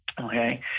okay